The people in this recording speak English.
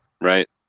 Right